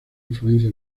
influencia